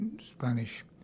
Spanish